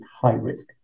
high-risk